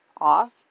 off